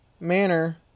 manner